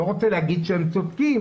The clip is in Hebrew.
אני לא רוצה לומר שהם צודקים,